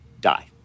die